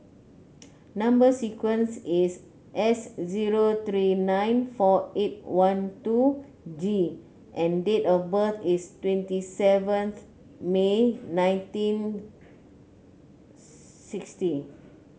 number sequence is S zero three nine four eight one two G and date of birth is twenty seventh May nineteen sixty